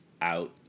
out